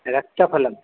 रक्तफलं